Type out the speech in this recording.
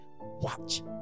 watch